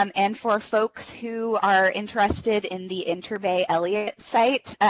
um and for folks who are interested in the interbay elliott site,